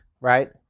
right